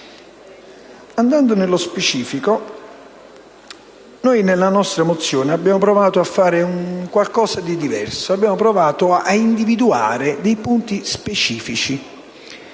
Andando nello specifico, nella nostra mozione abbiamo provato a far qualcosa di diverso, abbiamo provato ad individuare dei punti specifici.